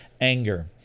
anger